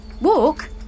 Walk